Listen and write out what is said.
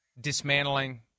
dismantling